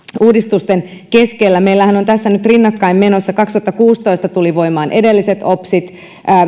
uudistusten keskellä meillähän on tässä nyt rinnakkain menossa monia erilaisia uudistuksia samaan aikaan kaksituhattakuusitoista tulivat voimaan edelliset opsit